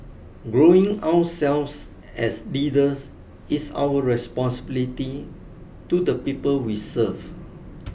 growing ourselves as leaders is our responsibility to the people we serve